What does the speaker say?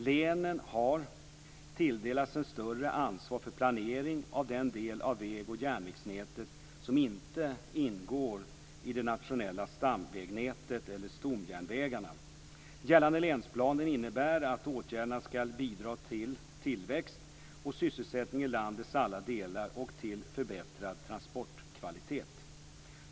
Länen har tilldelats ett större ansvar för planering av den del av väg och järnvägsnätet som inte ingår i det nationella stamvägnätet eller i stomjärnvägarna. Gällande länsplaner innebär att åtgärderna skall bidra till tillväxt och sysselsättning i landets alla delar och till förbättrad transportkvalitet.